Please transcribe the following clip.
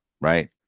right